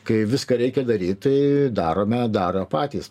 kai viską reikia daryt tai darome daro patys